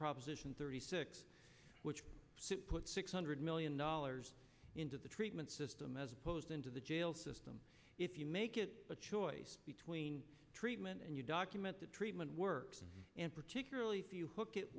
proposition thirty six which put six hundred million dollars into the treatment system as opposed into the jail system if you make it a choice between treatment and you document the treatment works and particularly if you hook it